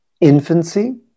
infancy